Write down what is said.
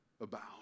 abound